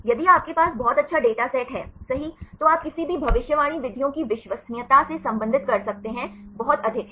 यदि आपके पास बहुत अच्छा डेटा सेट है सही तो आप किसी भी भविष्यवाणी विधियों की विश्वसनीयता से संबंधित कर सकते हैं बहुत अधिक है